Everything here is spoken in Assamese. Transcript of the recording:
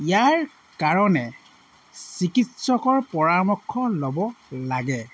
ইয়াৰ কাৰণে চিকিৎসকৰ পৰামৰ্শ ল'ব লাগে